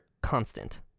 constant